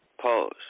Pause